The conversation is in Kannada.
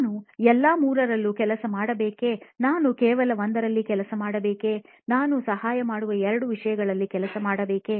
ನಾನು ಎಲ್ಲಾ 3 ರಲ್ಲೂ ಕೆಲಸ ಮಾಡಬೇಕೇ ನಾನು ಕೇವಲ 1 ರಲ್ಲಿ ಕೆಲಸ ಮಾಡಬೇಕೇ ನಾನು ಸಹಾಯ ಮಾಡುವ 2 ವಿಷಯಗಳಲ್ಲಿ ಕೆಲಸ ಮಾಡಬೇಕೇ